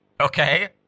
Okay